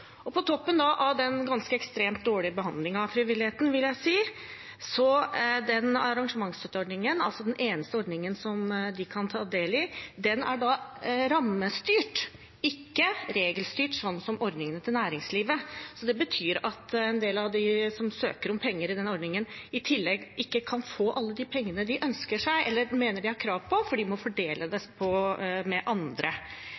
På toppen av den ganske ekstremt dårlige behandlingen av frivilligheten, vil jeg si, er arrangementsstøtteordningen – den eneste ordningen som de kan ta del i – rammestyrt og ikke regelstyrt som ordningene til næringslivet. Det betyr at en del av dem som søker om penger i den ordningen, i tillegg ikke kan få de pengene de ønsker seg eller mener de har krav på, fordi de må